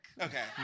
Okay